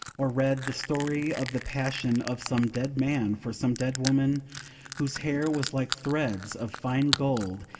or read the story of the passion of some dead man for some dead woman whose hair was like threads of fine gold,